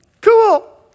cool